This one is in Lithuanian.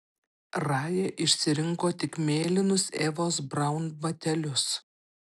raja išsirinko tik mėlynus evos braun batelius